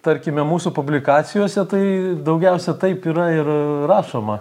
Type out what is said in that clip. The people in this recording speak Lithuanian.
tarkime mūsų publikacijose tai daugiausia taip yra ir rašoma